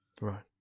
Right